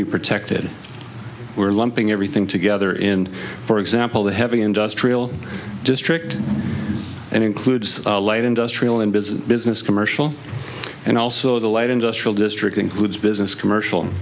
be protected we're lumping everything together in for example the heavy industrial district and includes light industrial and business business commercial and also the light industrial district includes business commercial